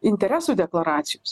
interesų deklaracijos